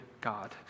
God